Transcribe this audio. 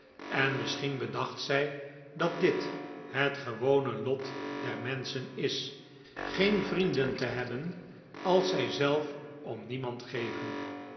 en misschien bedacht zij dat dit het gewone lot der menschen is geen vrienden te hebben als zijzelf om niemand geven